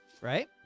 Right